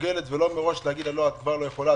ולא מראש לומר לה: את לא יכולה,